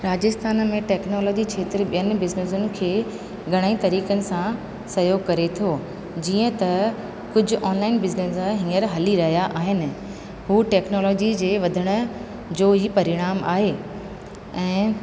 राजस्थान में टेक्नोलॉजी खेत्र ॿियनि बिज़नस खे घणेई तरीक़नि सां सहयोग करे थो जीअं त कुझु ऑनलाइन बिज़नस हींअर हली रहिया आहिनि हूअ टेक्नोलॉजी जे वधण जो ई परिणाम आहे ऐं